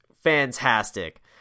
fantastic